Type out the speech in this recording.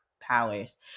powers